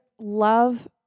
love